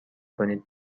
کنید